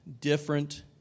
different